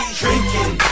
drinking